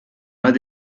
más